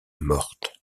morte